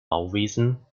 bauwesen